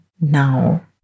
now